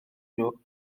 nhw